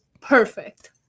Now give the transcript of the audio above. perfect